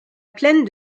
plaine